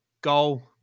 goal